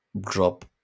drop